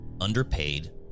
underpaid